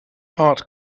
heart